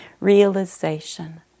realization